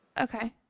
Okay